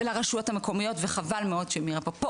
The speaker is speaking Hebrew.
לרשויות המקומיות וחבל מאוד שמירה לא פה,